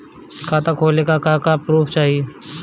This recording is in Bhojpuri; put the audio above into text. खाता खोलले का का प्रूफ चाही?